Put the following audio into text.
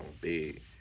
big